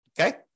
Okay